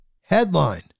Headline